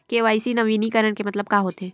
KYC नवीनीकरण के मतलब का होथे?